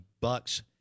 Bucks